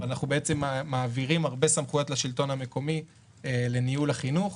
אבל אנחנו מעבירים הרבה סמכויות לשלטון המקומי לניהול החינוך.